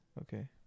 Okay